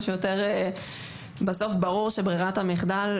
בסוף ברור שברירת המחדל,